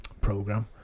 program